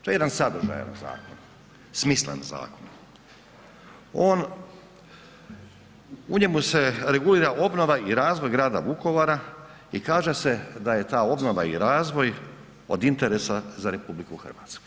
To je jedan sadržajan zakon, smislen zakon, on u njemu se regulira obnova i razvoj grada Vukovara i kaže se da je ta obnova i razvoj od interesa za RH.